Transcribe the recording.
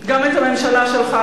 גם את הממשלה שלך,